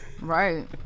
Right